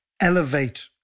elevate